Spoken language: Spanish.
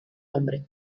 hombre